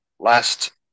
Last